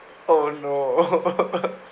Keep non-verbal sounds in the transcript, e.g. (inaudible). oh no (laughs)